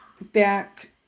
Back